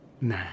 Nah